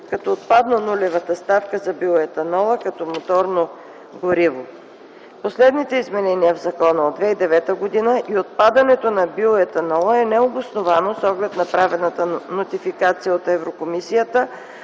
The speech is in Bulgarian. като отпадна нулевата ставка за биоетанола като моторно гориво. Последните изменения в закона от 2009 г. и отпадането на биоетанола е необосновано с оглед направената нотификация от Европейската